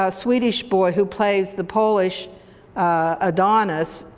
ah swedish boy who plays the polish adonis,